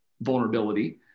vulnerability